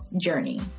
journey